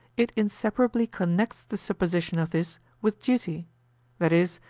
it inseparably connects the supposition of this with duty that is,